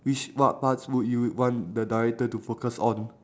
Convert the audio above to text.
which what parts would you want the director to focus on